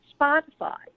Spotify